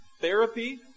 therapy